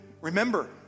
remember